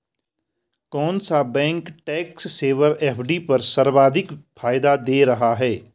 कौन सा bank tax saver FD पर सर्वाधिक फायदा दे रहा है?